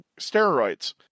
steroids